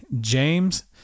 James